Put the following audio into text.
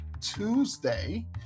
Tuesday